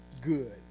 good